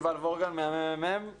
יובל וורגן מהממ"מ